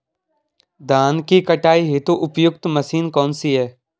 धान की कटाई हेतु उपयुक्त मशीन कौनसी है?